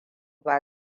ba